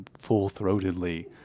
full-throatedly